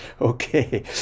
okay